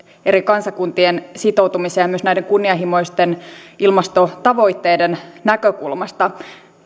eri kansakuntien sitoutumisen ja myös näiden kunnianhimoisten ilmastotavoitteiden näkökulmasta